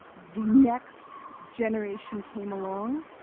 the next generation came along.